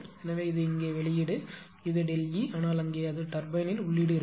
எனவே இது இங்கே வெளியீடு இது ΔE ஆனால் அங்கே அது டர்பைன் ல் உள்ளீடு இருக்கும்